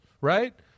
right